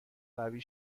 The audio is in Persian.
قوی